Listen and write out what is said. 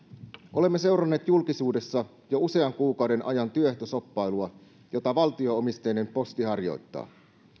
olemme seuranneet julkisuudessa jo usean kuukauden ajan työehtoshoppailua jota valtio omisteinen posti harjoittaa